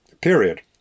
period